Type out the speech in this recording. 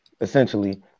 essentially